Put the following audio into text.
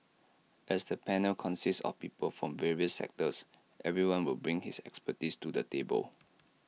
as the panel consists of people from various sectors everyone will bring his expertise to the table